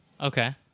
Okay